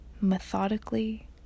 methodically